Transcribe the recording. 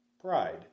Pride